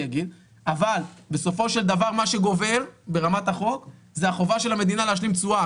אבל בסופו של דבר מה שגובר ברמת החוק זה החובה של המדינה להשלים תשואה,